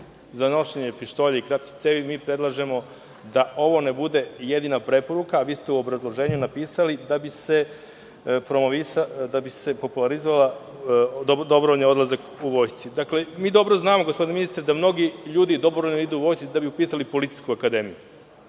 za nošenje pištolja i kratkih cevi, mi predlažemo da ovo ne bude jedina preporuka, a vi ste u obrazloženju napisali da bi se popularizovao dobrovoljni odlazak u vojsku. Gospodine ministre, dobro znamo da mnogi ljudi dobrovoljno idu u vojsku da bi upisali policijsku akademiju,